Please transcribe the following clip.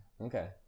Okay